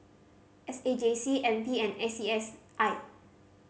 S A J C N P and A C S I